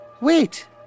Wait